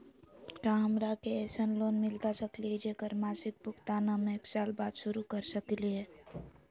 का हमरा के ऐसन लोन मिलता सकली है, जेकर मासिक भुगतान हम एक साल बाद शुरू कर सकली हई?